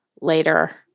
later